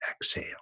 exhale